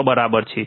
ત્યાં બરાબર છે